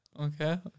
okay